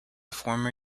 former